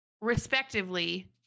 Respectively